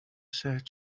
sad